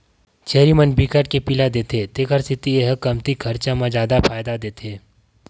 छेरी मन बिकट के पिला देथे तेखर सेती ए ह कमती खरचा म जादा फायदा देथे